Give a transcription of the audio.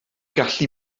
gallu